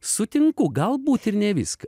sutinku galbūt ir ne viską